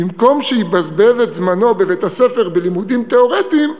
כדי במקום שיבזבז את זמנו בבית-הספר בלימודים תיאורטיים,